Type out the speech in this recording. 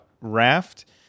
raft